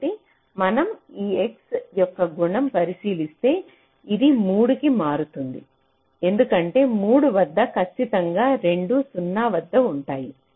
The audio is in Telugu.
కాబట్టి మనం ఈ x యొక్క గుణం పరిశీలిస్తే ఇది 3 కి మారుతుంది ఎందుకంటే 3 వద్ద ఖచ్చితంగా రెండూ 0 వద్ద ఉంటాయి